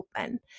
open